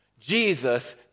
Jesus